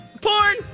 porn